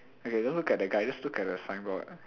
okay don't look at the guy just look at the signboard